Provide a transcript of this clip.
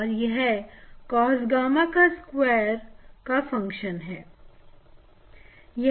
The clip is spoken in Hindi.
और यह cos gamma का स्क्वायर gamma का फंक्शन है